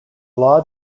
law